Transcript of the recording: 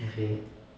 okay